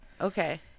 Okay